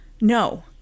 No